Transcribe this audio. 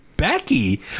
Becky